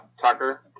Tucker